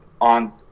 on